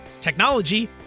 technology